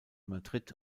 madrid